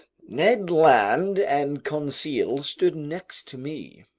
ned land and conseil stood next to me.